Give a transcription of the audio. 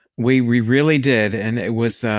we really did and it was